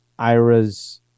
Ira's